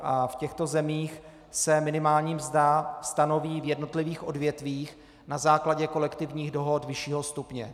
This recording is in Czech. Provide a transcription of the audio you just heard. V těchto zemích se minimální mzda stanoví v jednotlivých odvětvích na základě kolektivních dohod vyššího stupně.